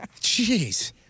Jeez